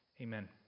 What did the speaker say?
Amen